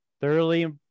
thoroughly